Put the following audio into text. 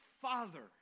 father